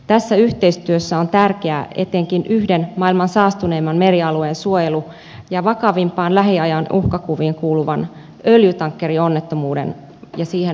tässä yhteistyössä on tärkeää etenkin itämeren yhden maailman saastuneimmista merialueista suojelu ja vakavimpiin lähiajan uhkakuviin kuuluvaan öljytankkerionnettomuuteen varautuminen